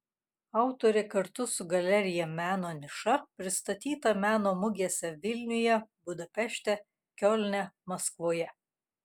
autorė kartu su galerija meno niša pristatyta meno mugėse vilniuje budapešte kiolne maskvoje